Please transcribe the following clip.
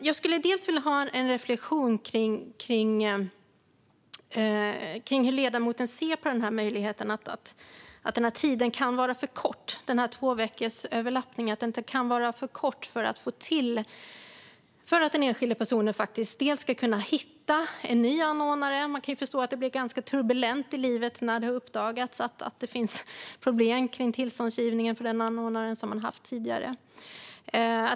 Jag vill höra ledamoten reflektera över om tvåveckorsöverlappningen kan vara för kort för att den enskilda personen ska hitta en ny anordnare. Man kan förstå att det kan bli turbulent i livet när det uppdagas att det finns problem i tillståndsgivningen för den anordnare som har anlitats tidigare.